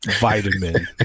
vitamin